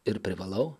ir privalau